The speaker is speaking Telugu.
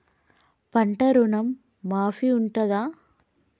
పంట ఋణం మాఫీ ఉంటదా?